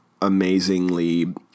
amazingly